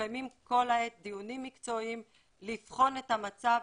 מתקיימים כל העת דיונים מקצועיים לבחון את המצב,